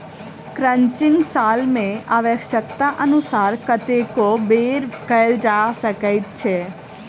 crutching साल मे आव्श्यकतानुसार कतेको बेर कयल जा सकैत छै